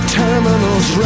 terminals